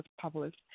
published